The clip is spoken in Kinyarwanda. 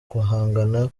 guhanga